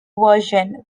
version